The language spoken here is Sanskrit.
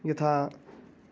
यथा